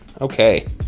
okay